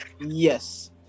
yes